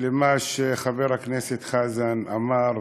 למה שחבר הכנסת חזן אמר.